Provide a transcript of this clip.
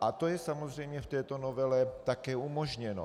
a to je samozřejmě v této novele také umožněno.